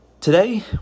Today